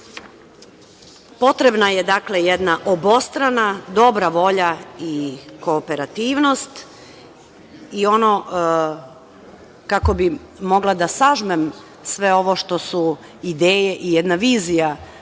je jedna obostrana dobra volja i kooperativnost. I ono, kako bih mogla da sažmem sve ovo što su ideje i jedna vizija